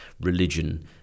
religion